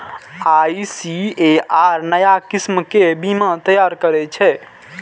ICAR नया किस्म के बीया तैयार करै छै